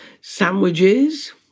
sandwiches